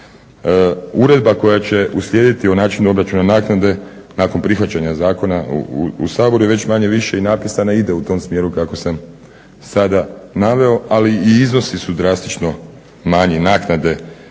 Uredba koja će uslijedit u načinu obračuna naknade nakon prihvaćanja zakona u Saboru je već manje-više i napisana i ide u tom smjeru kako sam sada naveo, ali i iznosi su drastično manji, naknade